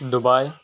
Dubai